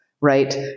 right